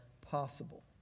possible